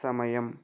సమయం